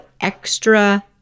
extra